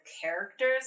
characters